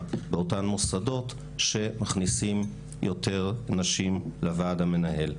באותם מוסדות שמכניסים יותר נשים לוועד המנהל.